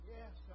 Yes